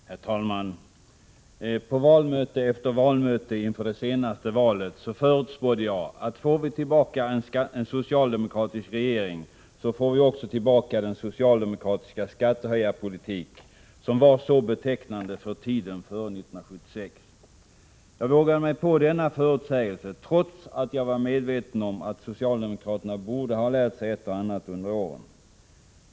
Herr talman! På valmöte efter valmöte inför det senaste valet förutspådde jag, att om vi fick tillbaka en socialdemokratisk regering skulle vi också få tillbaka den socialdemokratiska skattehöjningspolitik som var så betecknande för tiden före 1976. Jag vågade mig på denna förutsägelse, trots att jag var medveten om att socialdemokraterna borde ha lärt sig ett och annat under åren.